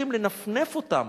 מצליחים לנפנף אותם,